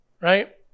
right